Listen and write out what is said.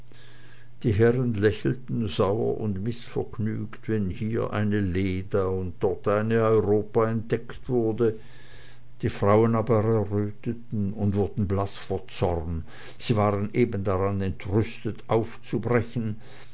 die herren lächelten sauer und mißvergnügt wenn hier eine leda und dort eine europa entdeckt wurde die frauen aber erröteten und wurden blaß vor zorn und sie waren eben daran entrüstet aufzubrechen